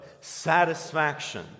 Satisfaction